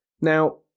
now